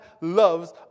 loves